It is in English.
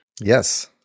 Yes